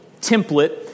template